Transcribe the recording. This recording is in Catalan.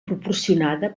proporcionada